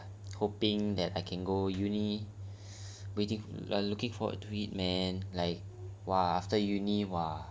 uh hoping that I can go uni waiting uh looking forward to it man like !wah! like after uni !wah!